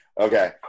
Okay